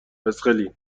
فسقلی